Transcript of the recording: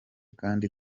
kandi